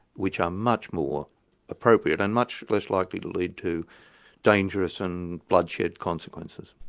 which are much more appropriate and much less likely to lead to dangerous and bloodshed consequences.